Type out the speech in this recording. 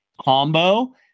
combo